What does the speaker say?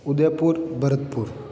Udaipur Bharatpur